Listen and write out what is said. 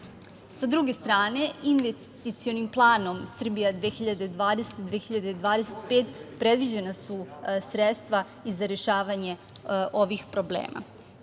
druge strane investicionim planom „Srbija 2020-2025“ predviđena su sredstva i za rešavanje ovih problema.